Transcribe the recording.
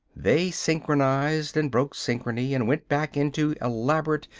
they synchronized, and broke synchrony, and went back into elaborate,